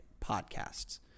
podcasts